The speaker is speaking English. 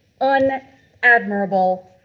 unadmirable